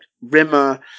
Rimmer